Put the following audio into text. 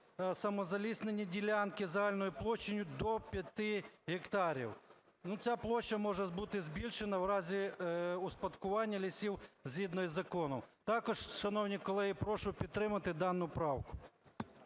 самозаліснені ділянки загальною площею до 5 гектарів. Ця площа може бути збільшена в разі успадкування лісів згідно із законом. Також, шановні колеги, прошу підтримати дану правку.